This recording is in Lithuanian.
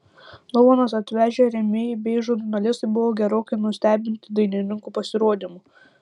dovanas atvežę rėmėjai bei žurnalistai buvo gerokai nustebinti dainininkų pasirodymu